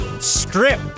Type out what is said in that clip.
Strip